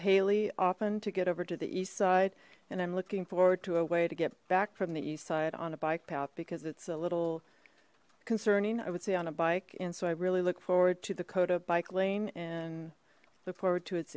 haley often to get over to the east side and i'm looking forward to a way to get back from the east side on a bike path because it's a little concerning i would say on a bike and so i really look forward to the cota bike lane and look forward to it